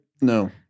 No